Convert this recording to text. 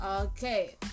okay